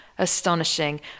Astonishing